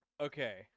Okay